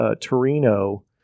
Torino